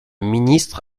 ministre